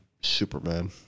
Superman